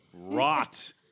rot